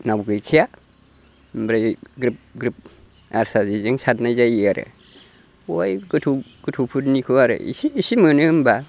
नाव गैखाया ओमफ्राय ग्रोब ग्रोब आरसा जेजों सारनाय जायो आरो बहाय गोथौ गोथौफोरनिखौ आरो एसे एसे मोनो होमब्ला